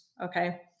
Okay